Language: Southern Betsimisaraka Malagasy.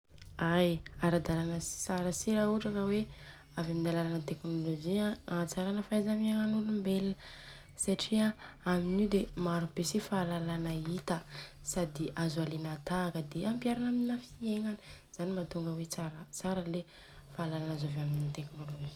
Ai ara-dalàna siii tsara si ra ohatra ka hoe avy amin'ny alalan'ny teknôlojia agnatsarana faheza- miegnan'olombelona satria amin'io de maro be si fahalalana hita sady azo alena tahaka de ampiharina amina fiegnana, zany mantonga hoe tsara tsara le fahalalana azo avy amin'ny teknôlojia.